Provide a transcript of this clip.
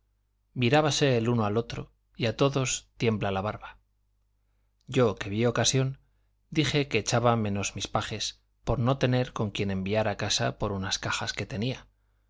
amigos mirábase el uno a otro y a todos tiembla la barba yo que vi ocasión dije que echaba menos mis pajes por no tener con quien enviar a casa por unas cajas que tenía